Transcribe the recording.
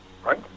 Right